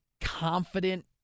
confident